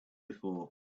before